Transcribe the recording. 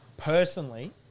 Personally